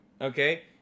Okay